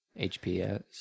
HPS